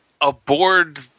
aboard